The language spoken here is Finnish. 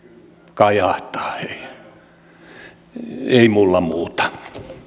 kajahtaa hei ei mulla muuta